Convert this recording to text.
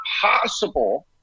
possible